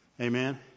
Amen